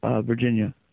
Virginia